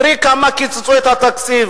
תראי כמה קיצצו את התקציב.